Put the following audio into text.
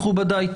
מכובדיי,